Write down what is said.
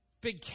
Big